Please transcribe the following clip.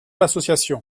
l’association